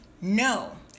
no